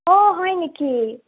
অঁ হয় নেকি